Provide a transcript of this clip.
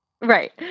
Right